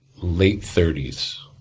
late thirty s.